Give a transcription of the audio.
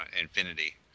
infinity